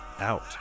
out